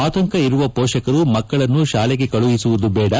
ಆತಂಕ ಇರುವ ಪೋಷಕರು ಮಕ್ಕಳನ್ನು ತಾಲೆಗೆ ಕಳುಹಿಸುವುದು ಬೇಡ